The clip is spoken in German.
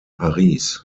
paris